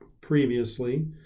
previously